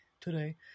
today